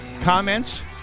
comments